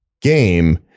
game